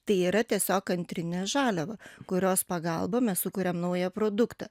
tai yra tiesiog antrinė žaliava kurios pagalba mes sukuriam naują produktą